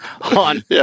on